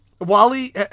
Wally